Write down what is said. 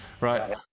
right